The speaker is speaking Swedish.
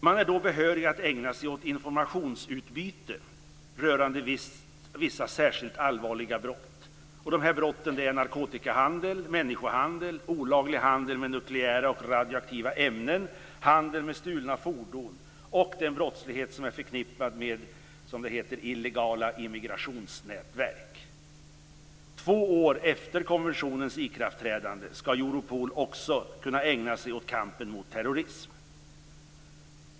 Man är då behörig att ägna sig åt informationsutbyte rörande vissa särskilt allvarliga brott. Dessa brott är narkotikahandel, människohandel, olaglig handel med nukleära och radioaktiva ämnen, handel med stulna fordon och den brottslighet som är förknippad med, som det heter, illegala immigrationsnätverk. Två år efter konventionens ikraftträdande skall Europol också kunna ägna sig åt kampen mot terrorism.